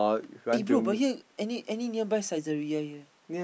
eh bro but here any any nearby Saizeriya here